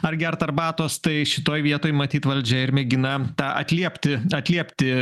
ar gert arbatos tai šitoj vietoj matyt valdžia ir mėgina tą atliepti atliepti